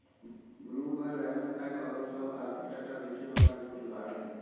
Bloomberg, RavenPack आउरो सभ आर्थिक डाटा बेचे बला के कुछ उदाहरण हइ